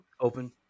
open